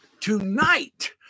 tonight